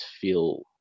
feel